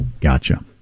Gotcha